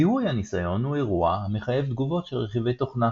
זיהוי הניסיון הוא אירוע המחייב תגובות של רכיבי תוכנה,